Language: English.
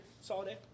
Solid